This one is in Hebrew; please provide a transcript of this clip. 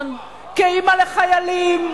כאמא לחיילים,